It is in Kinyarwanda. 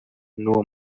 n’uwo